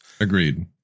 Agreed